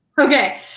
okay